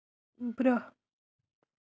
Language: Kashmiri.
برٛۄنٛہہ